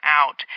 out